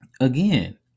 again